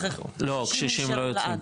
לא, קשישים לא יוצאים.